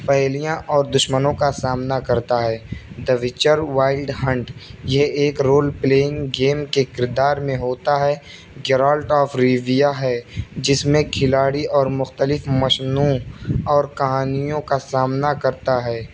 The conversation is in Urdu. پہیلیاں اور دشمنوں کا سامنا کرتا ہے دا ویچر وائلڈ ہنٹ یہ ایک رول پلیئنگ گیم کے کردار میں ہوتا ہے جرالٹ آف ریویا ہے جس میں کھلاڑی اور مختلف مصنوع اور کہانیوں کا سامنا کرتا ہے